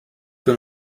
für